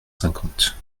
cinquante